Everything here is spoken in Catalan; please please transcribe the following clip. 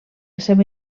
seva